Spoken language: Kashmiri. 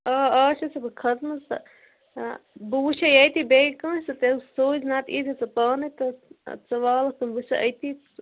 آ آ اَز چھَسے بہٕ کھٔژمٕژ تہٕ آ بہٕ وُچھے ییٚتی بیٚیہِ کٲنٛسہٕ تیٚلہِ سوٗزۍ نتہٕ ییٖزٕ پانے تہٕ ژٕ وولہٕ بہٕ چھسے أتی